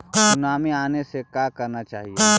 Tsunami आने से का करना चाहिए?